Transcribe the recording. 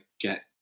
get